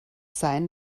sein